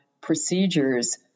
procedures